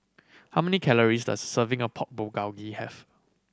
how many calories does serving of Pork Bulgogi have